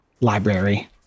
library